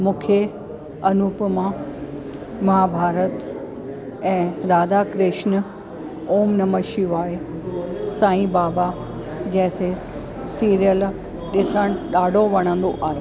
मूंखे अनुपमा महाभारत ऐं राधा कृष्ण ओम नम शिवाए साईं बाबा जैसे सीरियल ॾिसणु ॾाढो वणंदो आहे